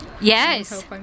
yes